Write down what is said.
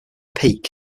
peak